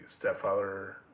stepfather